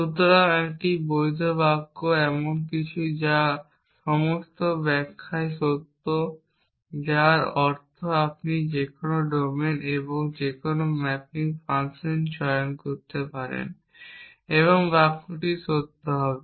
সুতরাং একটি বৈধ বাক্য এমন কিছু যা সমস্ত ব্যাখ্যায় সত্য যার অর্থ আপনি যে কোনও ডোমেন এবং যে কোনও ম্যাপিং ফাংশন চয়ন করতে পারেন এবং বাক্যটি সত্য হবে